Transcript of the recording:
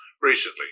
recently